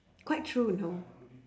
quite true know